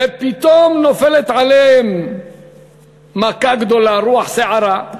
ופתאום נופלת עליהם מכה גדולה, רוח סערה,